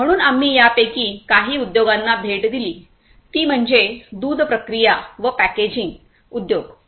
म्हणून आम्ही यापैकी काही उद्योगांना भेट दिली ती म्हणजे दूध प्रक्रिया व पॅकेजिंग उद्योग